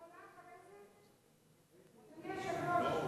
אני חזרתי, אני יכולה אחרי זה, אדוני היושב-ראש?